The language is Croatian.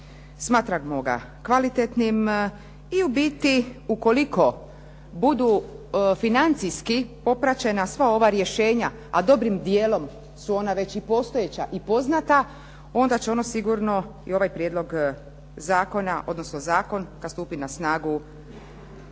Smatramo ga kvalitetnim i u biti ukoliko budu financijski popraćena sva ova rješenja, a dobrim dijelom su ona već i postojeća i poznata, onda će ono sigurno i ovaj prijedlog zakona, odnosno zakon kad stupi na snagu